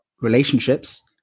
relationships